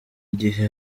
gihe